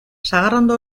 sagarrondo